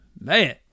Man